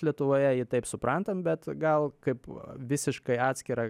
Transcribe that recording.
lietuvoje jį taip suprantam bet gal kaip visiškai atskirą